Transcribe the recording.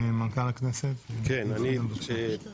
מנכ"ל הכנסת, בבקשה.